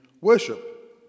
worship